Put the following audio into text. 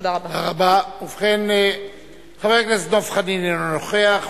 חבר הכנסת דב חנין, אינו נוכח.